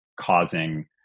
causing